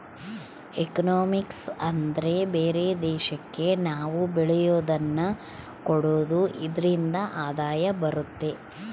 economics ಅಂದ್ರೆ ಬೇರೆ ದೇಶಕ್ಕೆ ನಾವ್ ಬೆಳೆಯೋದನ್ನ ಕೊಡೋದು ಇದ್ರಿಂದ ಆದಾಯ ಬರುತ್ತೆ